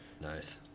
Nice